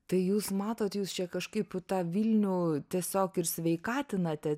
tai jūs matot jūs čia kažkaip tą vilnių tiesiog ir sveikatinate